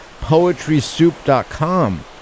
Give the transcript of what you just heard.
poetrysoup.com